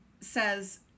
says